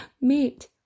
Mate